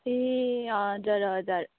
ए हजुर हजुर